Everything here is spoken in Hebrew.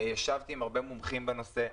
ישבתי עם הרבה מומחים בנושא.